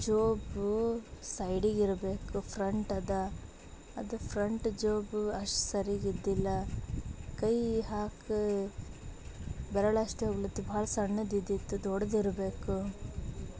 ಜೇಬು ಸೈಡಿಗಿರಬೇಕು ಫ್ರಂಟ್ ಅದ ಅದು ಫ್ರಂಟ್ ಜೇಬು ಅಷ್ಟು ಸರಿಗಿದ್ದಿಲ್ಲ ಕೈ ಹಾಕಿ ಬೆರಳಷ್ಟೇ ಉಳತು ಭಾಳ ಸಣ್ಣದಿದ್ದಿತ್ತು ದೊಡ್ದಿರ್ಬೇಕು